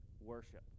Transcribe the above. worship